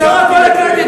הגבתי,